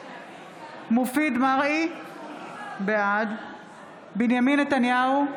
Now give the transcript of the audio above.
מופיד מרעי, בעד בנימין נתניהו,